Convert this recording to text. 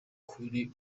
kuri